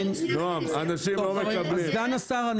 סגן השר,